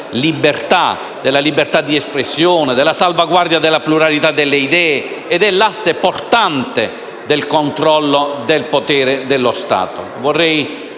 libertà di espressione, la salvaguardia della pluralità delle idee ed è l'asse portante del controllo del potere dello Stato.